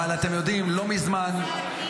-- אבל אתם יודעים, לא מזמן -- סל הקניות?